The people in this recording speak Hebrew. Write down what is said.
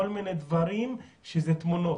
יש פה שני כיוונים,